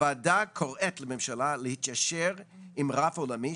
הוועדה קוראת לממשלה להתיישר עם הרף העולמי,